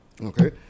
Okay